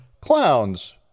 clowns